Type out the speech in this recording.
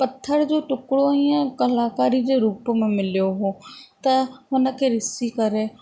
पत्थर जो टुकड़ो ईअं कलाकारी जे रुप में मिलियो हो त हुनखे ॾिसी करे